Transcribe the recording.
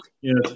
Yes